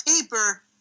paper